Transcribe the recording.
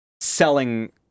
selling